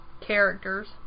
characters